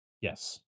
Yes